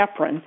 heparin